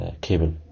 cable